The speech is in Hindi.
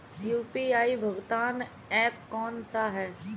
यू.पी.आई भुगतान ऐप कौन सा है?